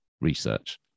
research